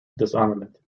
disarmament